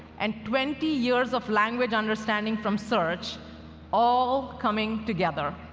and twenty years of language understanding from search all coming together.